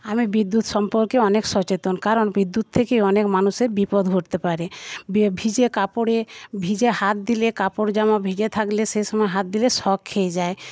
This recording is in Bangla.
আমি বিদ্যুৎ সম্পর্কে অনেক সচেতন কারণ বিদ্যুৎ থেকে অনেক মানুষের বিপদ ঘটতে পারে ভিজে কাপড়ে ভিজে হাত দিলে কাপড় জামা ভিজে থাকলে সেসময় হাত দিলে শখ খেয়ে যায়